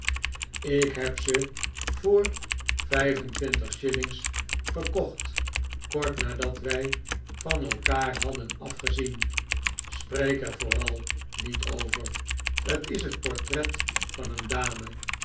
ik heb ze voor vijf en twintig shillings gekocht kort nadat wij van elkaar hadden afgezienl spreek er vooral niet over t is het portret van een dame